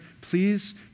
please